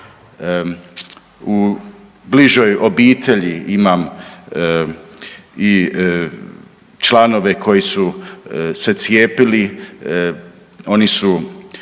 U bližoj obitelji imam i članovi koji su se cijepili, oni se